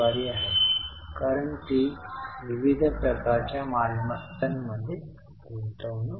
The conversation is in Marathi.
तर मग आपण खरेदीची रक्कम मिळवत आहोत याची गणना करूया